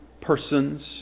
persons